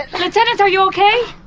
lieutenant, are you okay?